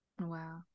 wow